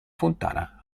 fontana